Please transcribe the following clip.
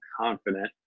confident